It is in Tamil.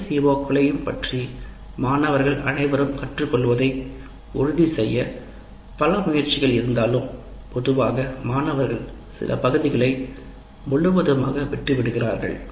அனைத்து CO களையும் பற்றி மாணவர்கள் அனைத்தையும் கற்றுக்கொள்வதை உறுதிசெய்ய பல முயற்சிகள் இருந்தாலும் பொதுவாக மாணவர்கள் சில பகுதிகளை முழுவதுமாக விட்டுவிடுவார்கள்